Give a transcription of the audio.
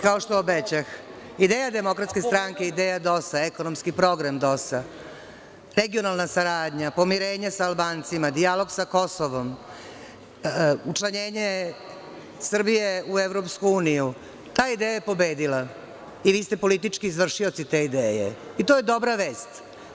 Kao što obećah, ideja DS, ideja DOS-a, ekonomski program DOS.-a, regionalna saradnja, pomirenje sa Albancima, dijalog sa Kosovom, učlanjenje Srbije u EU, ta ideja je pobedila i vi ste politički izvršioci te ideje, i to je dobra vest.